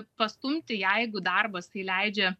pastumti jeigu darbas tai leidžia